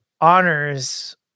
honors